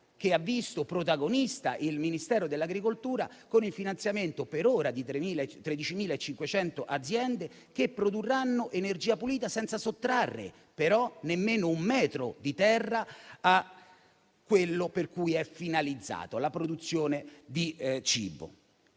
che ha visto protagonista il Ministero dell'agricoltura con il finanziamento, per ora, di 13.500 aziende che produrranno energia pulita senza sottrarre neanche un metro di terra a quello per cui la terra è finalizzata: la produzione di cibo.